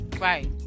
Right